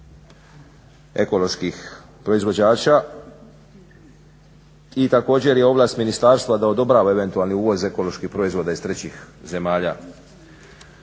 Hvala